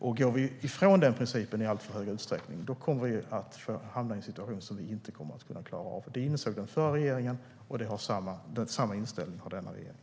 Om vi går ifrån den principen i alltför hög utsträckning kommer vi att hamna i en situation som vi inte kommer att kunna klara av. Det insåg den förra regeringen. Den här regeringen har samma inställning.